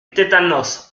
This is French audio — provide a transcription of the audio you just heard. tétanos